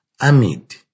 amid